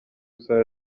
isaha